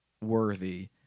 worthy